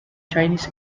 chinese